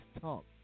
talk